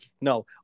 no